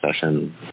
session